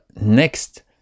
next